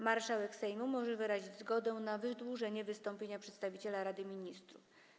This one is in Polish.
Marszałek Sejmu może wyrazić zgodę na wydłużenie wystąpienia przedstawiciela Rady Ministrów.